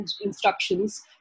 instructions